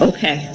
Okay